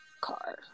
car